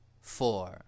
four